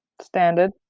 standard